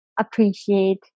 appreciate